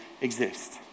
exist